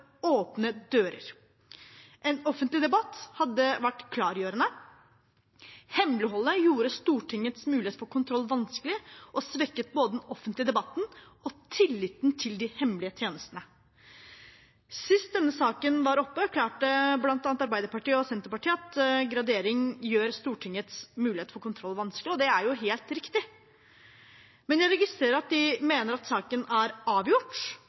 åpne dører. En offentlig debatt hadde vært klargjørende. Hemmeligholdet gjorde Stortingets mulighet for kontroll vanskelig og svekket både den offentlige debatten og tilliten til de hemmelige tjenestene. Sist denne saken var oppe, erklærte bl.a. Arbeiderpartiet og Senterpartiet at gradering gjør Stortingets mulighet for kontroll vanskelig. Det er helt riktig. Men jeg registrerer at de mener at saken er avgjort,